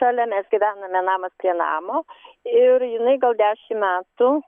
šalia mes gyvename namas prie namo ir jinai gal dešim metų